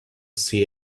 see